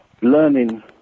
learning